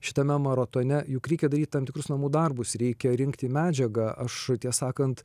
šitame maratone juk reikia daryt tam tikrus namų darbus reikia rinkti medžiagą aš tiesą sakant